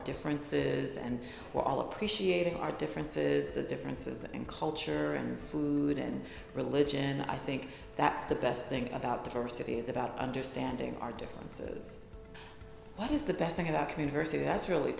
differences and we're all appreciating our differences the differences in culture and food and religion and i think that's the best thing about diversity is about understanding our differences what is the best thing about community or city that's really